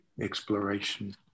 exploration